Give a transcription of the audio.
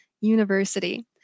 University